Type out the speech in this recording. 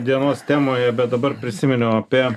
dienos temoje bet dabar prisiminiau apie